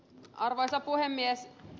arvoisa puhemies